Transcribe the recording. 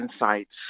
insights